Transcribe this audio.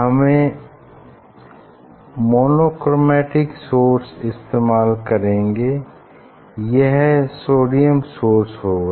हमें इसमें monochromatic source इस्तेमाल करेंगे यह सोडियम सोर्स होगा